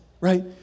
right